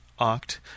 oct